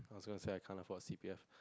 I was gonna say I can't afford C_P_F